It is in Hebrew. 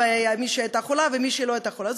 "מישהי הייתה חולה" ו"מישהי לא הייתה חולה".